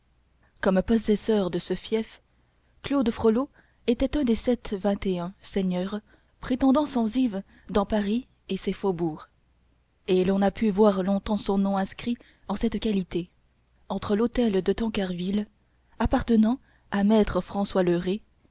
comme possesseur de ce fief claude frollo était un des sept vingt-un seigneurs prétendant censive dans paris et ses faubourgs et l'on a pu voir longtemps son nom inscrit en cette qualité entre l'hôtel de tancarville appartenant à maître françois le